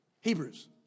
Hebrews